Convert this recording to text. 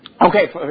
Okay